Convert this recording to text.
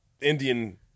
Indian